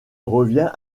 revient